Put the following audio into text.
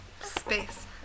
Space